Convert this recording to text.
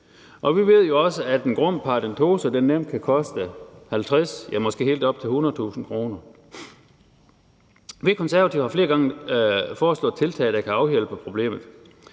Og vi ved jo også, at en grum paradentose nemt kan koste 50.000 kr., ja, måske helt op til 100.000 kr. Vi Konservative har flere gange foreslået tiltag, der kan afhjælpe problemet.